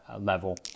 level